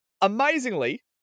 amazingly